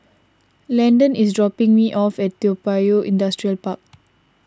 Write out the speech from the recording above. Landon is dropping me off at Toa Payoh Industrial Park